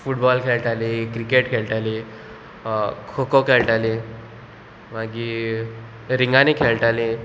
football खेळटाली cricket खेळटाली खो खो खेळटाली मागी रिंगांनी खेळटाली